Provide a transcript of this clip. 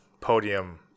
podium